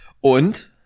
Und